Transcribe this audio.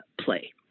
play